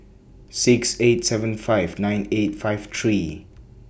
six eight seven five nine eight five three